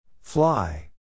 Fly